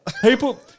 People